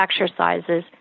exercises